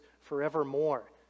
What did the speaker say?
forevermore